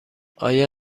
آیا